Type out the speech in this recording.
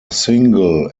single